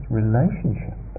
relationship